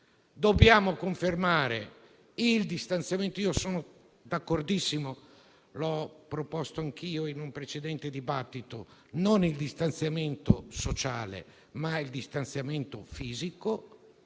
Dobbiamo confermare il distanziamento. Io sono d'accordissimo e l'ho proposto anche in un precedente dibattito: non il distanziamento sociale, ma il distanziamento fisico.